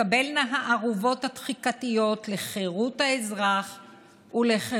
מוצע להגדיל את תקרת הוצאות הבחירות של סיעות קטנות המונות לא יותר מעשרה